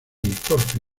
porfi